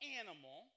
animal